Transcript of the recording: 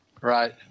Right